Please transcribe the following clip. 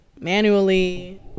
manually